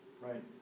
Right